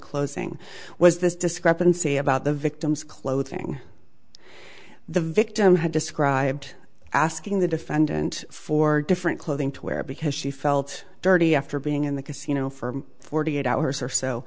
closing was this discrepancy about the victim's clothing the victim had described asking the defendant for different clothing to wear because she felt dirty after being in the casino for forty eight hours or